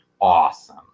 awesome